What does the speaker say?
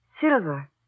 Silver